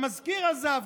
המזכיר עזב,